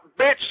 Bitch